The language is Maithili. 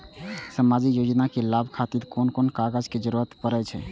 सामाजिक योजना के लाभक खातिर कोन कोन कागज के जरुरत परै छै?